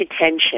attention